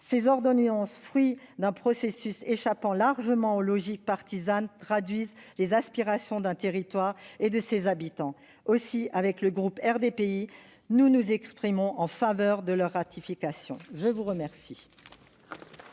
saisis, fruits d'un processus échappant largement aux logiques partisanes, traduisent les aspirations d'un territoire et de ses habitants. Aussi, le groupe RDPI s'exprimera en faveur de leur ratification. La parole